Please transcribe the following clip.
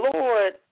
Lord